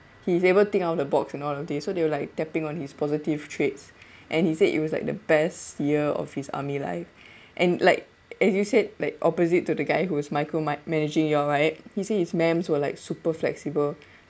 he is able think out of the box and all of these so they were like tapping on his positive traits and he said it was like the best year of his army life and like as you said like opposite to the guy who was micro-ma~ managing you right he said his ma'ams were like super flexible